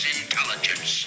intelligence